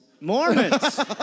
Mormons